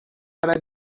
what